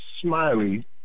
Smiley